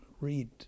read